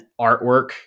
artwork